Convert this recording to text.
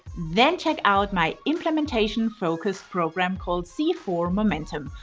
then check out my implementation-focused program called c four momentum.